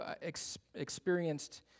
experienced